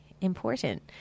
important